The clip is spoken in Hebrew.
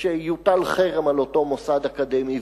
שיוטל חרם על אותו מוסד אקדמי,